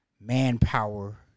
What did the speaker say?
manpower